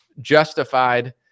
justified